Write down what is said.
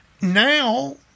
now